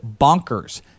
bonkers